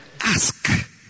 ask